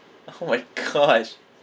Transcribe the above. oh my gosh